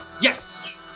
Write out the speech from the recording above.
Yes